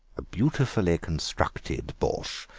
a beautifully constructed borshch,